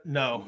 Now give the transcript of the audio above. no